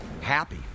Happy